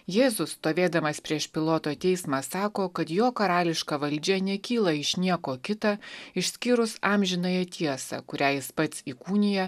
jėzus stovėdamas prieš piloto teismą sako kad jo karališka valdžia nekyla iš nieko kita išskyrus amžinąją tiesą kurią jis pats įkūnija